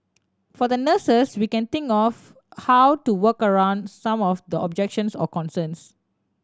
for the nurses we can think of how to work around some of the objections or concerns